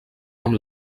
amb